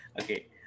okay